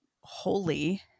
holy